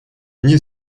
вне